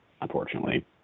unfortunately